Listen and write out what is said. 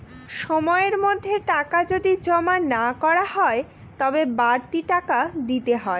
সময়ের মধ্যে টাকা যদি জমা না করা হয় তবে বাড়তি টাকা দিতে হয়